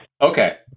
okay